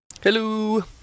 Hello